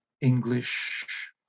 English